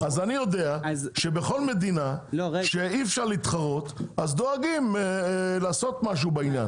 אז אני יודע שבכל מדינה שאי-אפשר להתחרות אז דואגים לעשות משהו בעניין.